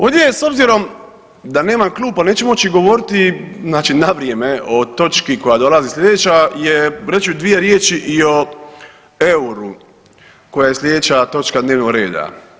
Ovdje je, s obzirom da nemam klub pa neću moći govoriti, znači na vrijeme o točki koja dolazi sljedeći, reći ću dvije riječi i o euru koja je sljedeća točka dnevnog reda.